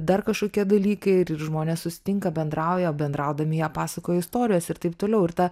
dar kažkokie dalykai ir ir žmonės susitinka bendrauja bendraudami jie pasakoja istorijas ir taip toliau ir ta